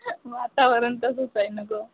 वातावरण तसंच आहे ना गं